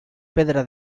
pedra